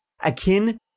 akin